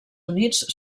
units